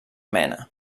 mena